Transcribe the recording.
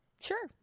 Sure